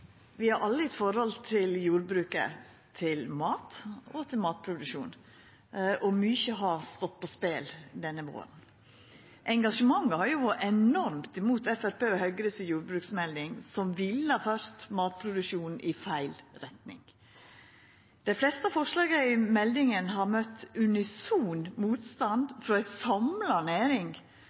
Vi har alle eit forhold til jordbruket, til mat og til matproduksjon. Mykje har stått på spel denne våren. Engasjementet har vore enormt mot Framstegspartiet og Høgre si jordbruksmelding, som ville ha ført matproduksjonen i feil retning. Dei fleste forslaga i meldinga har møtt unison motstand frå ei samla næring,